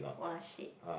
!woah! shit